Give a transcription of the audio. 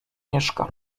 mieszka